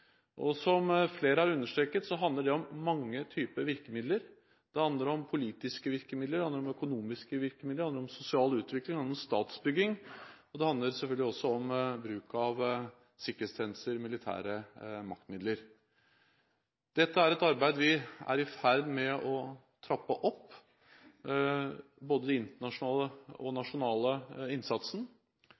Som flere har understreket, handler det om mange typer virkemidler. Det handler om politiske virkemidler, det handler om økonomiske virkemidler, det handler om sosial utvikling, det handler om statsbygging, og det handler selvfølgelig også om bruk av sikkerhetstjenester og militære maktmidler. Dette er et arbeid vi er i ferd med å trappe opp, både den internasjonale og den nasjonale innsatsen.